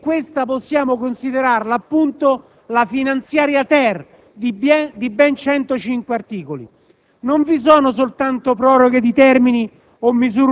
Questa, infatti, possiamo considerarla appunto la finanziaria-*ter*, di ben 105 articoli. Non vi sono soltanto proroghe di termini